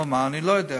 אבל מה, אני לא יודע.